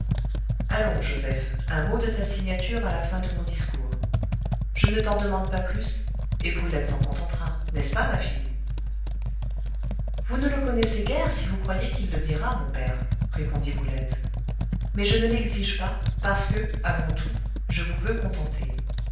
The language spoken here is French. allons joseph un mot de ta signature à la fin de mon discours je ne t'en demande pas plus et brulette s'en contentera n'est-ce pas ma fille vous ne le connaissez guère si vous croyez qu'il le dira mon père répondit brulette mais je ne l'exige pas parce que avant tout je vous veux contenter